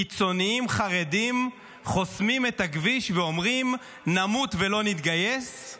קיצונים חרדים חוסמים את הכביש ואומרים: נמות ולא נתגייס,